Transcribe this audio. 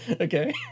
okay